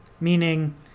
Meaning